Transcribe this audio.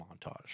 montage